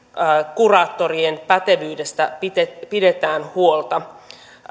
kuraattorien pätevyydestä pidetään pidetään huolta